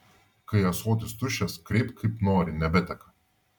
kai ąsotis tuščias kreipk kaip nori nebeteka